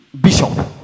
bishop